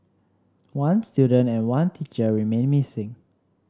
one student and one teacher remain missing